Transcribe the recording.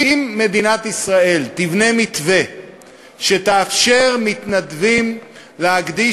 אם מדינת ישראל תבנה מתווה שיאפשר למתנדבים להקדיש